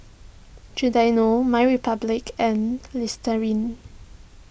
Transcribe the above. Giordano My Republic and Listerine